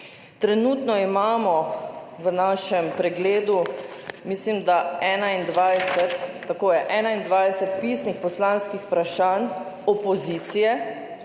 Trenutno imamo v našem pregledu, mislim da, 21, tako je, 21 pisnih poslanskih vprašanj opozicije,